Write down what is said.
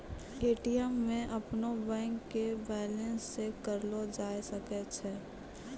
ATM मे अपनो bank के बैलेंस चेक करलो जाय सकै छै